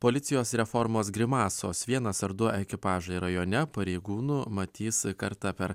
policijos reformos grimasos vienas ar du ekipažai rajone pareigūnų matys kartą per